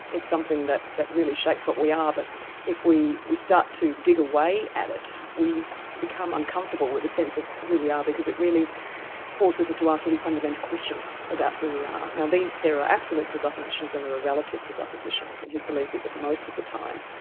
it's something that that really shapes what we are. but if we we start to dig away at it, we become uncomfortable with a sense of who we are, because it really forces us to ask really fundamental questions about who we are. now there are absolute presuppositions and there are relative presuppositions, and his belief is that most of the time,